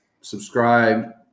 subscribe